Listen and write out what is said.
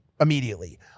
immediately